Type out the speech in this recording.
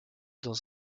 dans